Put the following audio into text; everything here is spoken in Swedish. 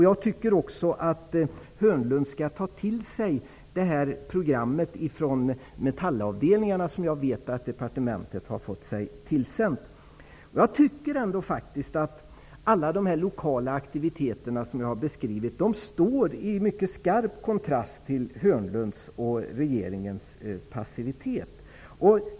Jag tycker att Börje Hörnlund också skall ta till sig det program från Metallavdelningarna som jag vet att departementet har fått sig tillsänt. Alla de lokala aktiviteter som jag har beskrivit står i mycket skarp kontrast till Börje Hörnlunds och regeringens passivitet.